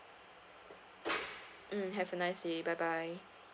mm have a nice day bye bye